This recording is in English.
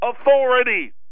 authorities